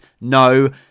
no